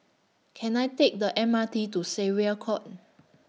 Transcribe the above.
Can I Take The M R T to Syariah Court